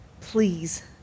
Please